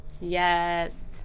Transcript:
Yes